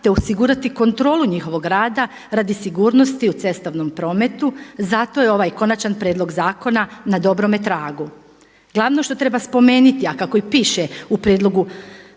te osigurati kontrolu njihovog rada radi sigurnosti u cestovnom prometu, zato je ovaj konačan prijedlog zakona na dobrome tragu. Glavno što treba spomenuti, a kako i piše u prijedlogu